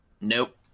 Nope